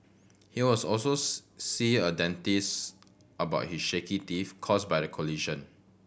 he was also see a dentist about his shaky teeth caused by the collision